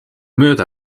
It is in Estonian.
mööda